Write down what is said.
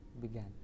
began